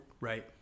Right